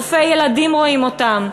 רופאי ילדים רואים אותם,